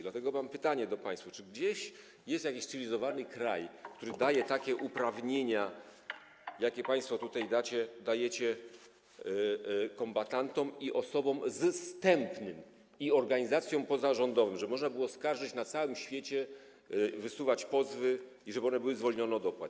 Dlatego mam pytanie do państwa: Czy gdzieś jest jakiś cywilizowany kraj, który daje takie uprawnienia, jakie państwo tutaj dajecie kombatantom i osobom zstępnym oraz organizacjom pozarządowym, żeby można było skarżyć na całym świecie, wysuwać pozwy i żeby one były zwolnione od opłat?